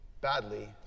badly